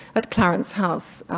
at clarence house,